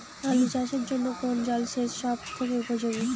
আলু চাষের জন্য কোন জল সেচ সব থেকে উপযোগী?